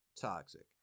toxic